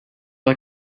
you